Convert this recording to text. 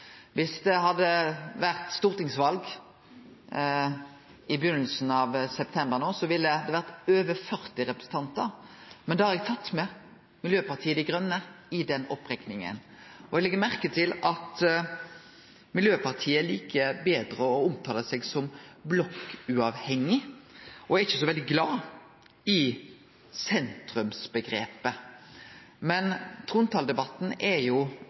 Viss det hadde vore stortingsval i byrjinga av september no, ville det ha vore over 40 representantar. Da har eg tatt med Miljøpartiet Dei Grøne i den opprekninga. Eg legg merke til at Miljøpartiet Dei Grøne liker betre å omtale seg som blokkuavhengig og er ikkje så veldig glad i omgrepet «sentrum», men trontaledebatten er